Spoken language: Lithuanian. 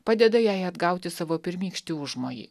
padeda jai atgauti savo pirmykštį užmojį